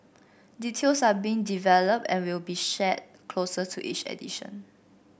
details are being developed and will be shared closer to each edition